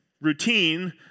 routine